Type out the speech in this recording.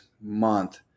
month